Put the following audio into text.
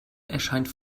erscheint